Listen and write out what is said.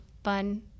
fun